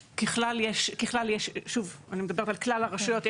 ככלל, ושוב אני מדברת על כלל הרשויות,